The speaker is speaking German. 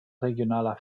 regionaler